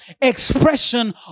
expression